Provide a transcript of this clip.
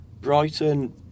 Brighton